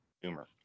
humor